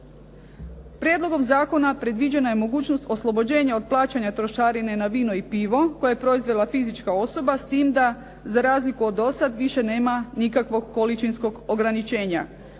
Prijedlogom zakona predviđena je mogućnost oslobođenja od plaćanja trošarine na vino i pivo koje je proizvela fizička osoba s tim da za razliku od dosad više nema nikakvog količinskog ograničenja.